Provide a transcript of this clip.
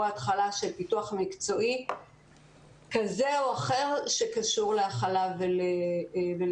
הכלה של פיתוח מקצועי כזה או אחר שקשור להכלה ולהשתלבות.